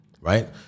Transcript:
right